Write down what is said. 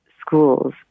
schools